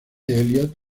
elliot